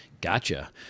Gotcha